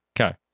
Okay